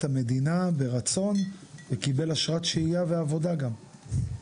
המדינה ברצון וקיבל אשרת שהייה ועבודה גם.